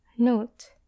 Note